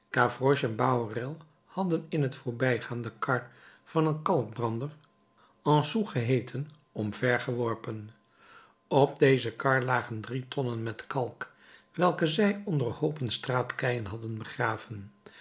bahorel hadden in t voorbijgaan de kar van een kalkbrander anceau geheeten omvergeworpen op deze kar lagen drie tonnen met kalk welke zij onder hoopen straatkeien hadden begraven